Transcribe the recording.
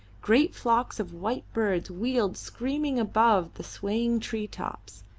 great flocks of white birds wheeled screaming above the swaying tree-tops.